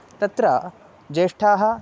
तत्र ज्येष्ठाः